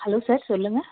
hello sir சொல்லுங்க